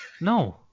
No